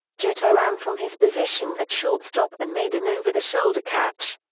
jeter ran from his position at shortstop and made an over-the-shoulder catch.